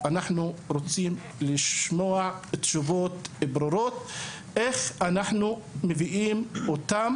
אנחנו רוצים לשמוע תשובות ברורות לאיך אנחנו יכולים להביא אותם